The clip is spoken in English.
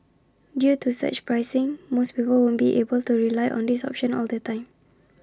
due to surge pricing most people won't be able to rely on this option all the time